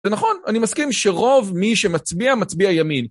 זה נכון, אני מסכים שרוב מי שמצביע מצביע ימין.